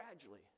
gradually